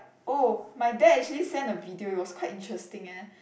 oh my dad actually send a video it was quite interesting eh